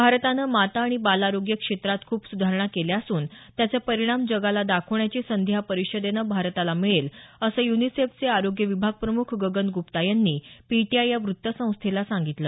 भारतानं माता आणि बाल आरोग्य क्षेत्रात खूप सुधारणा केल्या असून त्याचे परिणाम जगाला दाखवण्याची संधी या परिषदेनं भारताला मिळेल असं युनिसेफचे आरोग्य विभाग प्रमुख गगन ग्रप्ता यांनी पीटीआय या वृत्तसंस्थेला सांगितलं